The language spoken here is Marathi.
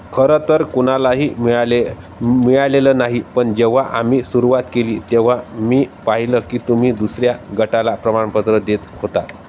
खरंतर कुणालाही मिळाले मिळालेलं नाही पण जेव्हा आम्ही सुरुवात केली तेव्हा मी पाहिलं की तुम्ही दुसऱ्या गटाला प्रमाणपत्र देत होता